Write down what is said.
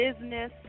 business